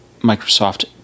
Microsoft